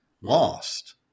lost